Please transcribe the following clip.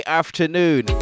afternoon